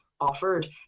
offered